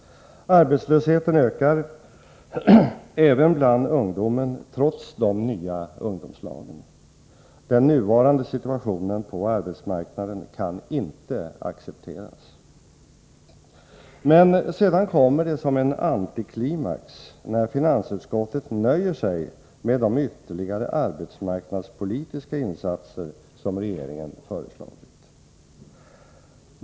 Arbetslösheten ökar, även bland ungdomen trots den nya ungdomslagen. Den nuvarande situationen på arbetsmarknaden kan inte accepteras. Men sedan kommer det som en antiklimax när finansutskottet nöjer sig med de ytterligare arbetsmarknadspolitiska insatser som regeringen föreslagit.